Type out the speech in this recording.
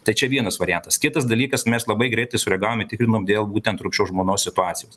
tai čia vienas variantas kitas dalykas mes labai greitai sureagavom i tikrinom dėl būtent rumšo žmonos situacijos